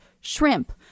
shrimp